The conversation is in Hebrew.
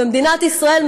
ומדינת ישראל,